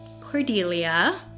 Cordelia